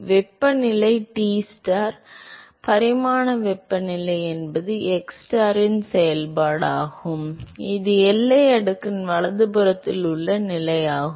வெப்பநிலை Tstar பரிமாண வெப்பநிலை என்பது xstar இன் செயல்பாடாகும் இது எல்லை அடுக்கின் வலதுபுறத்தில் உள்ள நிலையாகும்